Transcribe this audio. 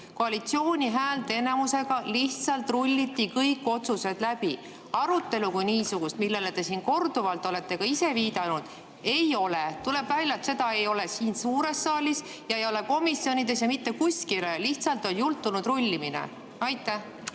koalitsiooni häälteenamusega lihtsalt rulliti kõigi otsuste puhul üle. Arutelu kui niisugust, millele te siin korduvalt olete ka ise viidanud, ei ole. Tuleb välja, et seda ei ole siin suures saalis ja ei ole komisjonides ja mitte kuskil ei ole. Lihtsalt on jultunud rullimine.